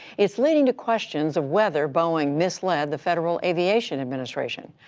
it's leading to questions of whether boeing misled the federal aviation administration.